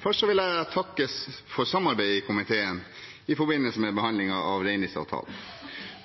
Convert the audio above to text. Først vil jeg takke for samarbeidet i komiteen i forbindelse med behandlingen av reindriftsavtalen.